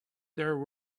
there